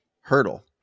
hurdle